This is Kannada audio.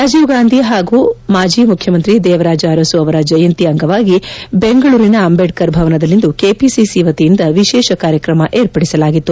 ರಾಜೀವ್ ಗಾಂಧಿ ಹಾಗೂ ಮಾಜಿ ಮುಖ್ಯಮಂತ್ರಿ ದೇವರಾಜ ಅರಸು ಅವರ ಜಯಂತಿ ಅಂಗವಾಗಿ ಬೆಂಗಳೂರಿನ ಅಂಬೇಡ್ತರ್ ಭವನದಲ್ಲಿಂದು ಕೆಪಿಸಿಸಿ ವತಿಯಿಂದ ವಿಶೇಷ ಕಾರ್ಯಕ್ರಮ ವಿರ್ಪಡಿಸಲಾಗಿತ್ತು